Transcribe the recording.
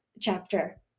chapter